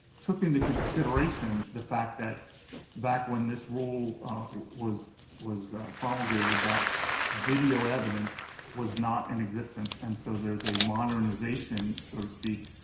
took into consideration the fact that back when this rule was was promulgated, that video evidence was not in existence and so there's a modernization, so to speak,